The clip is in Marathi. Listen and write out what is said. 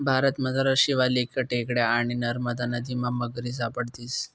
भारतमझार शिवालिक टेकड्या आणि नरमदा नदीमा मगरी सापडतीस